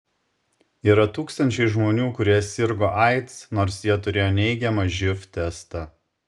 yra tūkstančiai žmonių kurie sirgo aids nors jie turėjo neigiamą živ testą